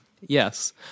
Yes